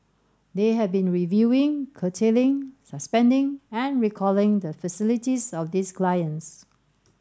they have been reviewing curtailing suspending and recalling the facilities of these clients